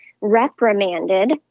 reprimanded